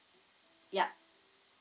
yup